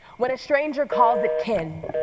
when a stranger calls it can.